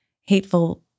hateful